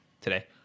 today